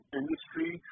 industry